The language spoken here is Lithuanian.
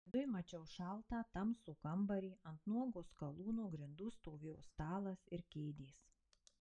viduj mačiau šaltą tamsų kambarį ant nuogų skalūno grindų stovėjo stalas ir kėdės